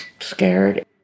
scared